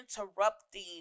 interrupting